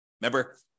Remember